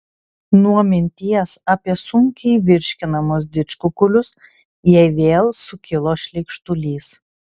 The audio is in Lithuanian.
nuo minties apie sunkiai virškinamus didžkukulius jai vėl sukilo šleikštulys